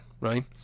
right